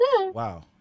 Wow